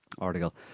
article